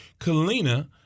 Kalina